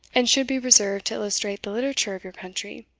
and should be reserved to illustrate the literature of your country,